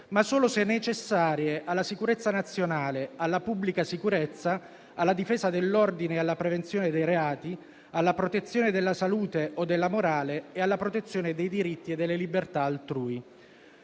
ma solo se necessarie alla sicurezza nazionale, alla pubblica sicurezza, alla difesa dell'ordine e alla prevenzione dei reati, alla protezione della salute o della morale e alla protezione dei diritti e delle libertà altrui.